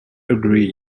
agree